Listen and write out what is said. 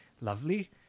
lovely